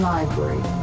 Library